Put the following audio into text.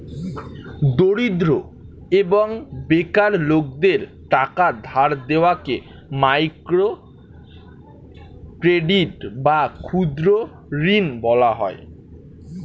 দরিদ্র এবং বেকার লোকদের টাকা ধার দেওয়াকে মাইক্রো ক্রেডিট বা ক্ষুদ্র ঋণ বলা হয়